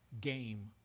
game